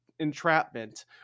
entrapment